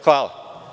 Hvala.